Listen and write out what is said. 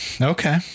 Okay